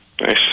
Nice